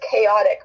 chaotic